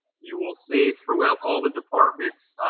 you will see throughout all the departments,